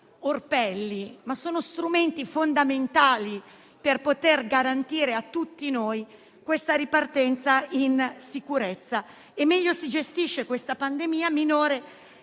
orpelli, ma strumenti fondamentali per poter garantire a tutti noi la ripartenza in sicurezza. Meglio si gestisce questa pandemia, minore